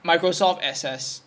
microsoft access